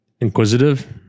inquisitive